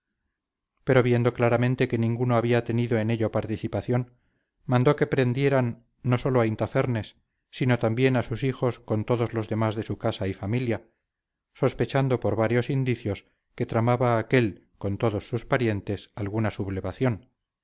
pero viendo claramente que ninguno había tenido en ello participación mandó que prendieran no sólo a intafernes sino también a sus hijos con todos los demás de su casa y familia sospechando por varios indicios que tramaba aquél con todos sus parientes alguna sublevación